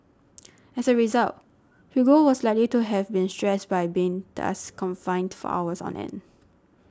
as a result Hugo was likely to have been stressed by being thus confined for hours on end